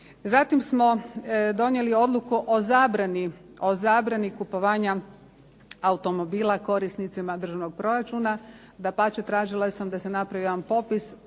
Zatim smo donijeli Odluku o zabrani kupovanja automobila korisnicima državnog proračuna. Dapače, tražila sam da se napravi jedan popis